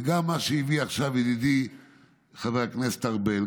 וגם מה שהביא עכשיו ידידי חבר הכנסת ארבל,